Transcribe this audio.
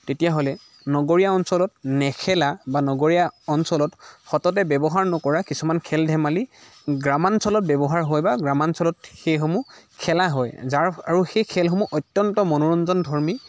তেতিয়াহ'লে নগৰীয়া অঞ্চলত নেখেলা বা নগৰীয়া অঞ্চলত সততে ব্যৱহাৰ নকৰা কিছুমান খেল ধেমালি গ্ৰাম্যাঞ্চলত ব্যৱহাৰ হয় বা গ্ৰাম্যাঞ্চলত সেই সমূহ খেলা হয় যাৰ আৰু সেই খেলসমূহ অত্যন্ত মনোৰঞ্জন ধৰ্মী